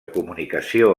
comunicació